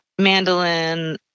mandolin